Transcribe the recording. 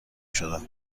شدم